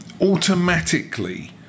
automatically